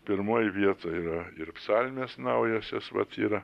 pirmoji vieta yra ir psalmės naujosios vat yra